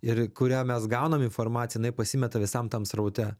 ir kurią mes gaunam informaciją jinai pasimeta visam tam sraute